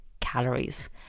calories